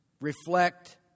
reflect